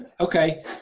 Okay